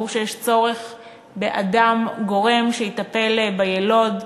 ברור שיש צורך באדם, גורם, שיטפל ביילוד.